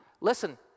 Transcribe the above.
Listen